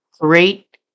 great